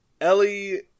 Ellie